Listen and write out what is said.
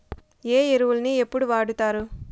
ఏ ఎరువులని ఎప్పుడు వాడుతారు?